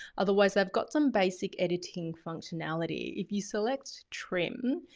otherwise i've got some basic editing functionality. if you select trim,